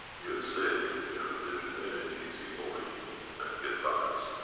you're sick, you have different energies, you go in and get balanced.